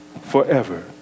forever